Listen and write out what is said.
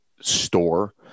store